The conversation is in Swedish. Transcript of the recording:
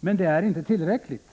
men det är inte tillräckligt.